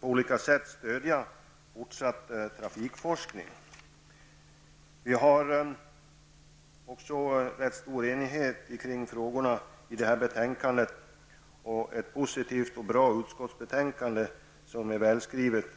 olika sätt stödja fortsatt trafikforskning. Det råder också ganska stor enighet kring frågorna i detta betänkande, och det har lett till ett positivt och bra utskottsbetänkande som är välskrivet.